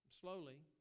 Slowly